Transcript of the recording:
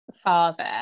father